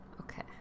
Okay